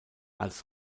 als